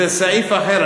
זה סעיף אחר.